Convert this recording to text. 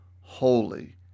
holy